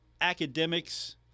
academics